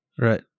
Right